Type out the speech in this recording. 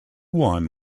won